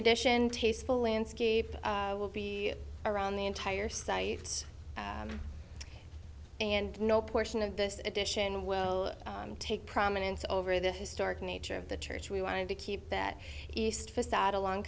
addition tasteful landscape will be around the entire site and no portion of this edition will take prominence over the historic nature of the church we wanted to keep that east facade along